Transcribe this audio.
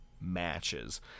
matches